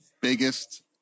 biggest